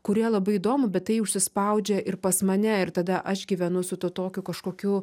kurie labai įdomu bet tai užsispaudžia ir pas mane ir tada aš gyvenu su tuo tokiu kažkokiu